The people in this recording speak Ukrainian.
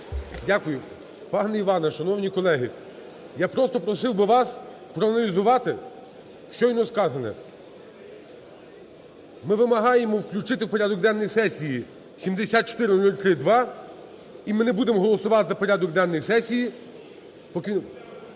Дякую. Пане Іване, шановні колеги, я просто просив би вас проаналізувати щойно сказане. Ми вимагаємо включити в порядок денний сесії 7403-2, і ми не будемо голосувати за порядок денний сесії,